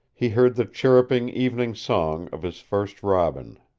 he heard the chirruping evening song of his first robin.